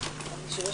בשעה